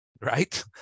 Right